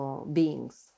beings